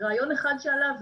רעיון אחד שעלה,